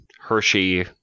Hershey